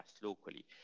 locally